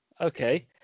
okay